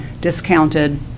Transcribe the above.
discounted